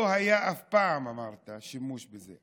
אמרת שלא היה אף פעם שימוש בזה.